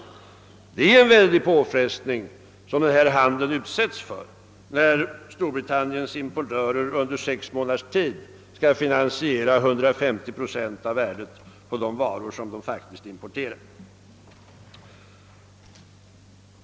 Det är en väldig påfrestning som vår export utsätts för när Storbritanniens importörer under sex månaders tid skall finansiera 150 procent av värdet på de varor som de faktiskt importerar.